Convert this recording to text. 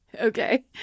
Okay